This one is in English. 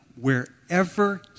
wherever